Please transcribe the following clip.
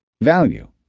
value